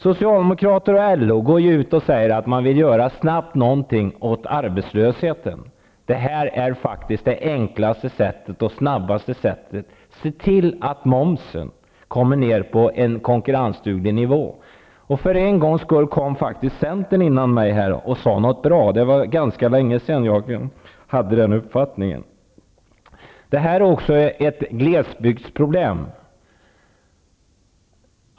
Socialdemokraterna och LO säger att de snabbt vill göra någonting åt arbetslösheten. Det här är det enklaste och snabbaste sättet: Se till att momsen kommer ner på en konkurrensduglig nivå! För en gångs skull sade en representant för Centern -- talaren som var före mig -- något bra. Det var länge sedan jag hade den uppfattningen. Det här är också ett glesbygdsproblem.